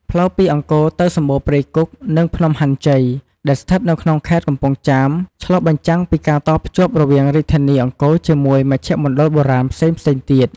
ផ្លូវពីអង្គរទៅសម្បូណ៌ព្រៃគុក និងភ្នំហាន់ជ័យ ដែលស្ថិតនៅក្នុងខេត្តកំពង់ចាម ឆ្លុះបញ្ចាំងពីការតភ្ជាប់រវាងរាជធានីអង្គរជាមួយមជ្ឈមណ្ឌលបុរាណផ្សេងៗទៀត។